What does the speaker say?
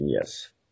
Yes